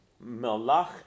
Melach